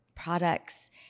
products